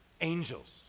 angels